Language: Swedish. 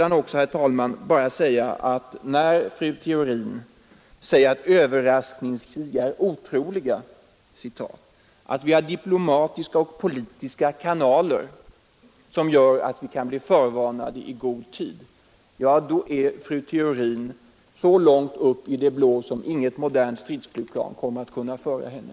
a att när fru Theorin säger att Låt mig sedan också, herr talman, överraskningskrig är otroliga, att vi har diplomatiska och politiska kanaler som gör att vi kan bli förvarnade i god tid, ja, då är fru Theorin så långt upp i det blå som inget modernt stridsflygplan kommer att kunna föra henne!